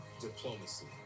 Diplomacy